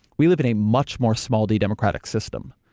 we live in a much more small-d democratic system.